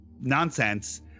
nonsense